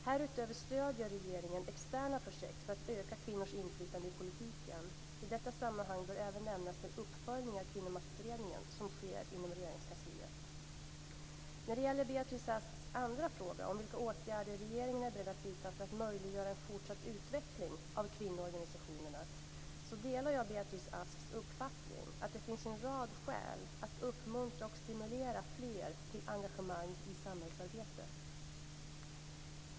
Härutöver stöder regeringen externa projekt för att öka kvinnors inflytande i politiken. I detta sammanhang bör även nämnas den uppföljning av Kvinnomaktutredningen som sker i Regeringskansliet. När det gäller Beatrice Asks andra fråga, om vilka åtgärder regeringen är beredd att vidta för att möjliggöra en fortsatt utveckling av kvinnoorganisationerna, delar jag Beatrice Asks uppfattning att det finns en rad skäl att uppmuntra och stimulera fler till engagemang i samhällsarbetet.